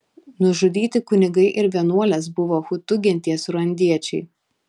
nužudyti kunigai ir vienuolės buvo hutu genties ruandiečiai